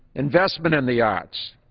investment in the arts.